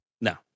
No